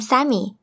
Sammy